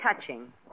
touching